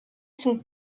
son